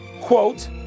quote